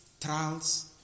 Trials